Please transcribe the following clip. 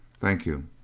thank you.